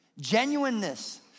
genuineness